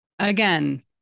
Again